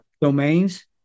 domains